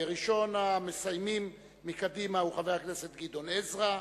ראשון המסיימים מקדימה הוא חבר הכנסת גדעון עזרא,